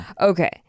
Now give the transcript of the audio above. Okay